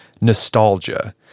nostalgia